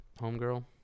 homegirl